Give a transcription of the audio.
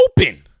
open